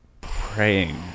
praying